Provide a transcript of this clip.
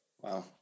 Wow